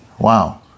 Wow